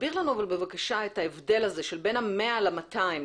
תסביר לנו, בבקשה, את ההבדל הזה בין 100 ל-200.